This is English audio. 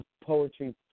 poetry